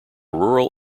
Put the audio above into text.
rural